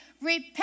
Repent